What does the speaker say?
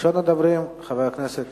ראשון הדוברים, חבר הכנסת